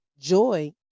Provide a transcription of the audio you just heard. Joy